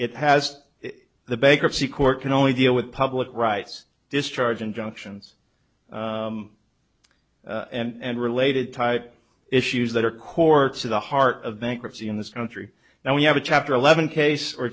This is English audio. it has the bankruptcy court can only deal with public rights discharge injunctions and related type issues that are courts are the heart of bankruptcy in this country now we have a chapter eleven case or